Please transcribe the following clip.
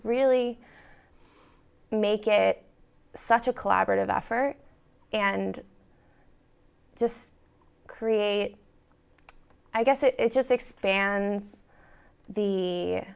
really make it such a collaborative effort and just create i guess it just expands the